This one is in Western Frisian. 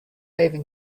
even